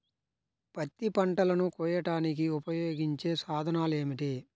పత్తి పంటలను కోయడానికి ఉపయోగించే సాధనాలు ఏమిటీ?